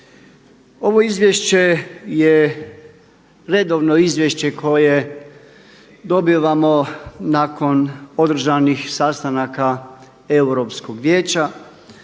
Ovo izvješće je redovno izvješće koje dobivamo nakon održanih sastanaka Europskog vijeća